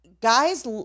guys